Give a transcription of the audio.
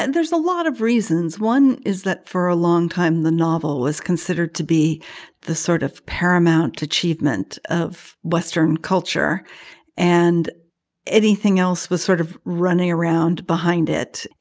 and there's a lot of reasons. one is that for a long time the novel was considered to be the sort of paramount achievement of western culture and everything else was sort of running around behind it,